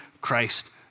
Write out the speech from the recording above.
Christ